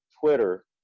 Twitter